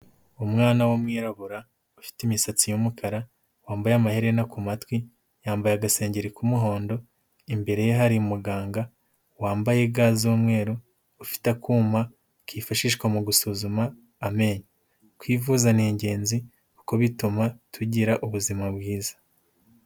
Umwana w'umwirabura, ufite imisatsi y'umukara, wambaye amaherena ku matwi, yambaye agasengeri k'umuhondo, imbere ye hari muganga, wambaye ga z'umweru, ufite akuma kifashishwa mu gusuzuma amenyo. Kwivuza ni ingenzi kuko bituma tugira ubuzima bwiza.